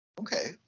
okay